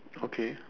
okay